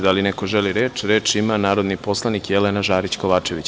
Da li neko želi reč? (Da.) Reč ima narodni poslanik Jelena Žarić Kovačević.